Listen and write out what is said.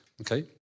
Okay